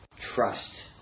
trust